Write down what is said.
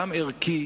גם ערכי